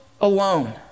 alone